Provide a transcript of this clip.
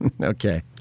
Okay